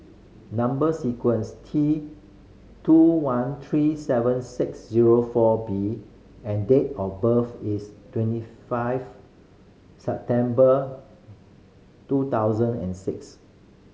number sequence T two one three seven six zero four B and date of birth is twenty five September two thousand and six